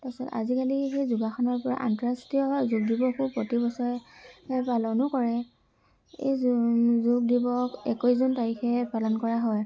তাৰ পাছত আজিকালি সেই যোগাসনৰপৰা আন্তঃৰাষ্ট্ৰীয় যোগ দিৱসো প্ৰতি বছৰে পালনো কৰে এই যোগ দিৱস একৈছ জুন তাৰিখেহে পালন কৰা হয়